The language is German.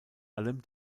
allem